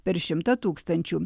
per šimtą tūkstančių